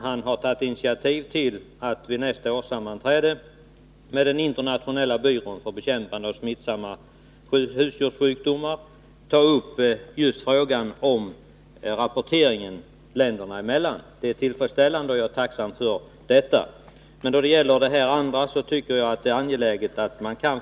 I vårt fall gällde det att förse producenterna med desinfektionsmedel i lämpliga förpackningar. Jag har den uppfattningen att vi måste ha en förebyggande beredskap när hotet står för dörren. Det är därför jag har tagit upp frågan.